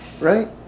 right